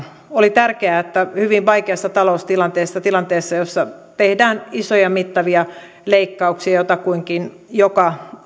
oli tärkeää että hyvin vaikeassa taloustilanteessa tilanteessa jossa tehdään isoja mittavia leikkauksia jotakuinkin joka